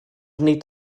nid